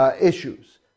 issues